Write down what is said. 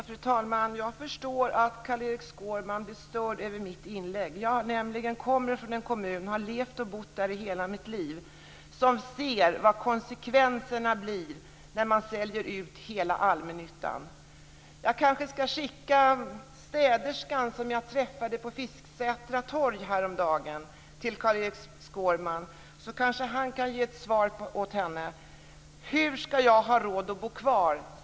Fru talman! Jag förstår att Carl-Erik Skårman blev störd över mitt inlägg. Jag har levt och bott i en kommun i hela mitt liv där det går att se konsekvenserna av att hela allmännyttan säljs ut. Jag kanske skall skicka den städerska jag träffade på Fisksätra torg häromveckan till Carl-Erik Skårman. Då kanske han kan ge ett svar till henne. "Hur skall jag ha råd att bo kvar?